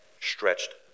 stretched